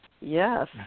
Yes